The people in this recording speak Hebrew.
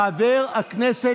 חבר הכנסת אקוניס, בבקשה.